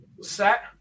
set